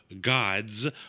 gods